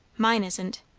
mine isn't.